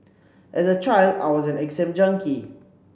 as a child I was an exam junkie